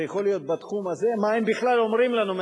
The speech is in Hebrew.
זה יכול להיות בתחום הזה: מה הם בכלל אומרים לנו?